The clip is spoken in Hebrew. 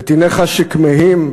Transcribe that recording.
נתיניך שכמהים,